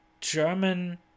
German